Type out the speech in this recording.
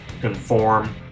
conform